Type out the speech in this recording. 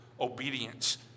obedience